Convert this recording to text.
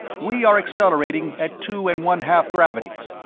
we are accelerating at two and one-half gravities,